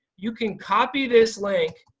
you, can copy this link,